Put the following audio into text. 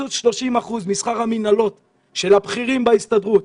קיצוץ 30% משכר המינהלות של הבכירים בהסתדרות,